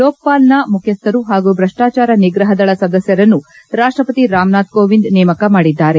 ಲೋಕಪಾಲ್ನ ಮುಖ್ಯಸ್ವರು ಹಾಗೂ ಭ್ರಷ್ಟಾಚಾರ ನಿಗ್ರಹದಳ ಸದಸ್ಯರನ್ನು ರಾಷ್ಟಪತಿ ರಾಮನಾಥ್ ಕೋವಿಂದ್ ನೇಮಕ ಮಾಡಿದ್ದಾರೆ